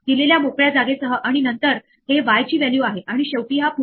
जेव्हा आपल्याला एखादी एरर येते तेव्हा प्रत्यक्षात काय होते ते पाहूया